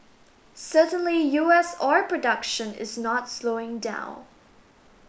certainly U S oil production is not slowing down